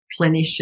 clinician